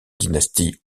dynastie